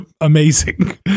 amazing